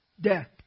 death